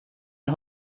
who